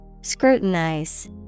Scrutinize